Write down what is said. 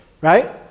right